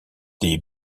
des